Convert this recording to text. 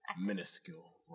minuscule